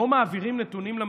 לא מעבירים נתונים לממשלה.